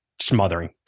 smothering